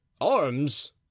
arms